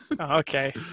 Okay